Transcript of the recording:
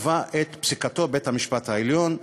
קבע את פסיקתו, בית-המשפט העליון,